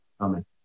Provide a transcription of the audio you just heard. Amen